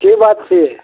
की बात छियै